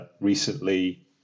recently